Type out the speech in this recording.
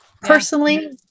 personally